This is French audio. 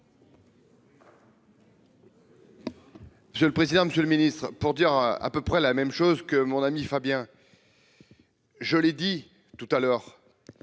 Je le président, Monsieur le Ministre, pour dire à peu près la même chose que mon ami Fabien. Je l'ai dit tout à l'heure,